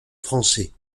français